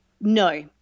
No